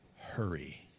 hurry